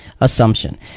assumption